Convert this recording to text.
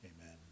Amen